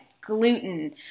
gluten